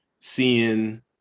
seeing